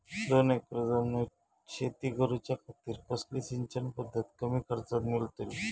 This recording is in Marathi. दोन एकर जमिनीत शेती करूच्या खातीर कसली सिंचन पध्दत कमी खर्चात मेलतली?